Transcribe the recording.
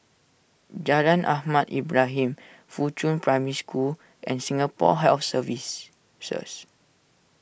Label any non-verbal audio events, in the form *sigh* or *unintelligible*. Jalan Ahmad Ibrahim Fuchun Primary School and Singapore Health Services *unintelligible*